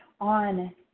on